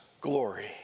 glory